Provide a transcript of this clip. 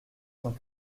cent